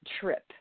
trip